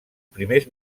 primers